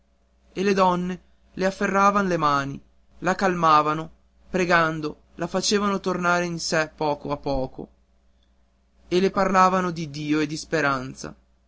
e le donne le afferavan le mani la palpavano pregando la facevano tornare in sé a poco a poco e le parlavan di dio e di speranza